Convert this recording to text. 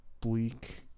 bleak